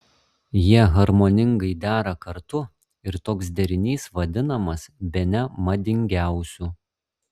jie harmoningai dera kartu ir toks derinys vadinamas bene madingiausiu